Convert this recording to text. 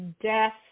death